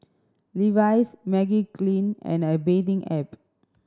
Levi's Magiclean and A Bathing Ape